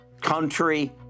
country